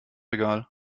egal